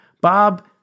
Bob